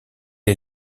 est